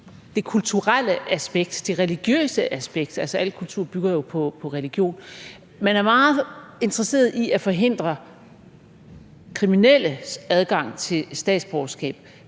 det kulturelle aspekt, det religiøse aspekt. Altså, al kultur bygger jo på religion. Man er meget interesseret i at forhindre kriminelles adgang til statsborgerskab,